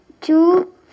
two